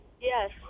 Yes